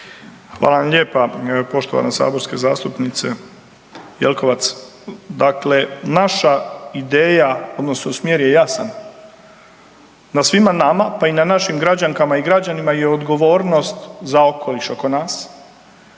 Hvala vam lijepa, poštovana saborska zastupnice Jelkovac. Dakle, naša ideja odnosno smjer je jasan, na svima nama pa i na našim građankama i građanima je odgovornost za okoliš oko nas